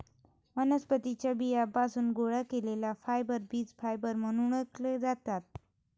वनस्पतीं च्या बियांपासून गोळा केलेले फायबर बीज फायबर म्हणून ओळखले जातात